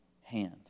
hand